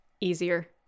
easier